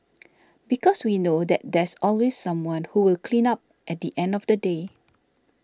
because we know that there's always someone who will clean up at the end of the day